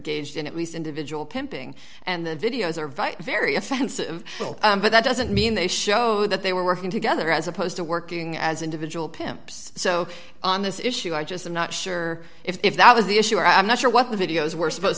in at least individual pimping and the videos are very very offensive but that doesn't mean they showed that they were working together as opposed to working as individual pimps so on this issue i just i'm not sure if that was the issue or i'm not sure what the videos were supposed